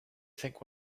think